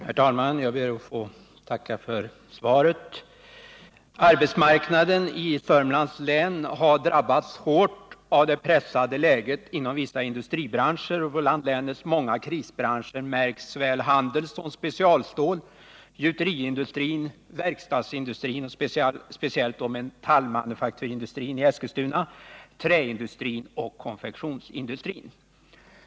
Herr talman! Jag ber att få tacka för svaret. Arbetsmarknaden i Södermanlands län har drabbats hårt av det pressade läget inom vissa industribranscher. Bland länets många krisbranscher märks handelsoch specialstålindustrin, gjuteriindustrin, verkstadsindustrin — speciellt då metallmanufakturindustrin i Eskilstuna —, träindustrin och konfektionsindustrin.